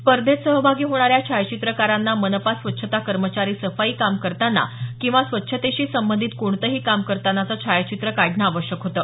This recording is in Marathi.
स्पर्धेत सहभागी होणाऱ्या छायात्रिकारांना मनपा स्वच्छता कर्मचारी सफाई काम करताना किंवा स्वच्छतेशी संबंधित कोणतेही काम करतानाचं छायाचित्र काढणं आवश्यक होतं